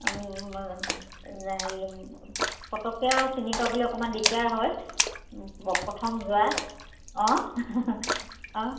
হেৰি পটককৈয়ো চিনি পাবলৈ অকমান দিগদাৰ হয় প্ৰথম যোৱা অঁ অঁ